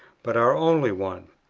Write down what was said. but our only one.